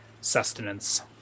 sustenance